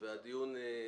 הדיון הסתיים.